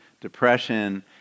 depression